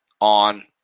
on